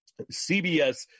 CBS